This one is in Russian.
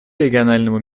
региональному